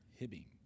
Hibbing